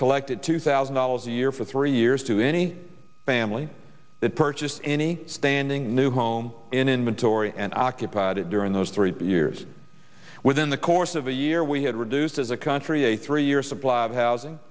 collected two thousand dollars a year for three years to any family that purchased any standing new home in inventory and occupied it during those three years within the course of a year we had reduced as a country a three year supply of housing